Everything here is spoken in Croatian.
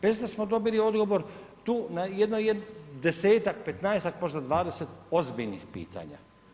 Bez da smo dobili odgovor tu na jedno desetak, petnaestak, možda dvadeset ozbiljnih pitanja.